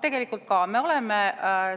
tegelikult me oleme